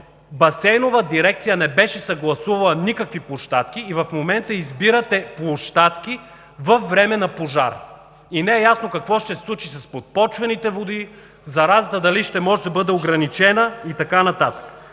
Басейнова дирекция не беше съгласувала никакви площадки и в момента избирате площадки във време на пожар, и не е ясно какво ще се случи с подпочвените води, заразата дали ще може да бъде ограничена и така нататък.